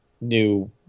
new